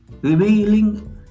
revealing